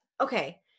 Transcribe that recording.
Okay